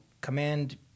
command